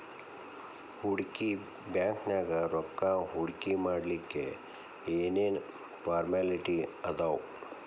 ಹೂಡ್ಕಿ ಬ್ಯಾಂಕ್ನ್ಯಾಗ್ ರೊಕ್ಕಾ ಹೂಡ್ಕಿಮಾಡ್ಲಿಕ್ಕೆ ಏನ್ ಏನ್ ಫಾರ್ಮ್ಯಲಿಟಿ ಅದಾವ?